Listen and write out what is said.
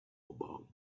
about